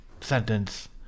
sentence